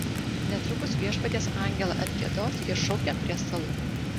netrukus viešpaties angelą atgiedos ir šaukiam prie stalų